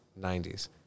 90s